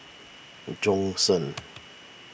Bjorn Shen